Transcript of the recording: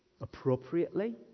appropriately